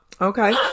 Okay